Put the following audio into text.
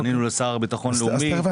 פנינו לשר לביטחון לאומי.